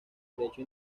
derecho